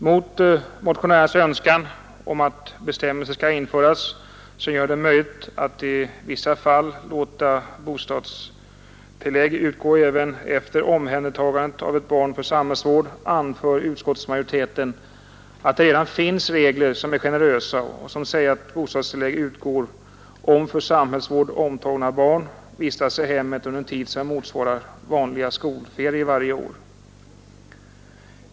Mot motionärernas önskan om att bestämmelser skall införas, som gör det möjligt att i vissa fall låta bostadstillägg utgå även efter omhändertagande av ett barn för samhällsvård, anför utskottsmajoriteten att det redan finns regler som är generösa och som säger att bostadstillägg utgår, om för samhällsvård omhändertagna barn vistas i hemmet under en tid som motsvarar vanliga skolferier varje år.